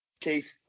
Keith